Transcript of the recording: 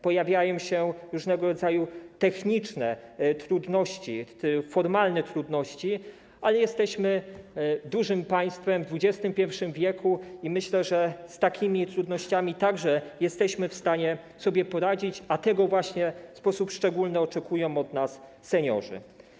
Pojawiają się różnego rodzaju techniczne trudności, formalne trudności, ale jesteśmy dużym państwem w XXI w. i myślę, że z takimi trudnościami także jesteśmy w stanie sobie poradzić, a tego właśnie w sposób szczególny oczekują od nas seniorzy.